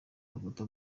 kaguta